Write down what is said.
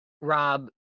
Rob